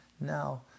Now